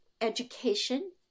education